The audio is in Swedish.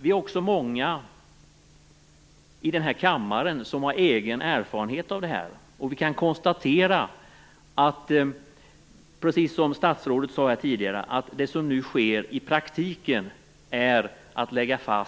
Vi är många i kammaren som har egen erfarenhet av det här, och vi kan konstatera - precis som statsrådet sade tidigare - att det som nu sker i praktiken är att en